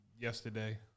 yesterday